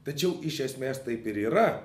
tačiau iš esmės taip ir yra